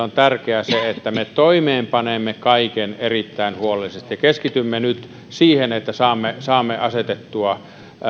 on tärkeää se että me toimeenpanemme kaiken erittäin huolellisesti ja keskitymme nyt siihen että saamme saamme asetettua